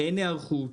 אין היערכות.